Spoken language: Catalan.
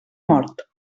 mort